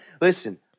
Listen